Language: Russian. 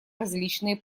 различные